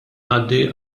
ngħaddi